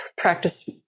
practice